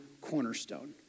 cornerstone